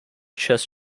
chess